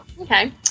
okay